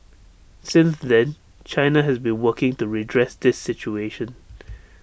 since then China has been working to redress this situation